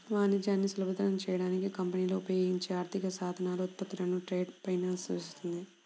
వాణిజ్యాన్ని సులభతరం చేయడానికి కంపెనీలు ఉపయోగించే ఆర్థిక సాధనాలు, ఉత్పత్తులను ట్రేడ్ ఫైనాన్స్ సూచిస్తుంది